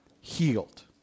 healed